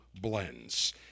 blends